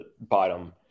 bottom